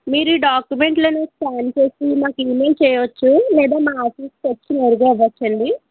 మీరు డాక్యుమెంట్లను స్కాన్ చేసి మాకు ఈమెయిల్ చెయ్యవచ్చు లేదా మా ఆఫీస్కి వచ్చి నేరుగా ఇవ్వచ్చండి